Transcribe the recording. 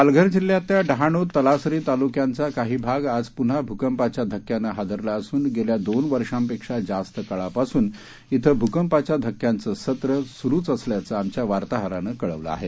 पालघर जिल्ह्यातला डहाणु तलासरी तालुक्यांचा काही भाग आज पुन्हा भूकंपाच्या धक्क्यानं हादरला असून गेल्या दोन वर्षापेक्षा जास्त काळापासून ििं भूकंपाच्या धक्क्यांचं सत्र सुरूच असल्याचं आमच्या वार्ताहरानं कळवलं आहे